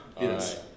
Yes